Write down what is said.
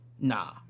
Nah